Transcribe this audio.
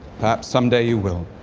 perhaps someday you will.